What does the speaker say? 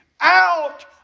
out